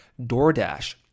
DoorDash